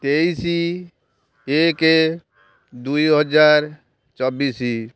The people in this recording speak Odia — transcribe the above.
ତେଇଶ ଏକ ଦୁଇହଜାର ଚବିଶ